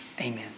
Amen